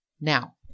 Now